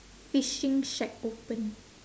fishing shack open